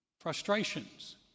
Frustrations